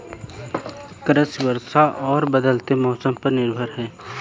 कृषि वर्षा और बदलते मौसम पर निर्भर है